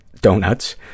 donuts